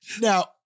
Now-